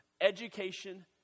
education